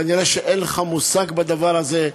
כנראה אין לך מושג בדבר הזה,